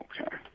Okay